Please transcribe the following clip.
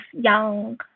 young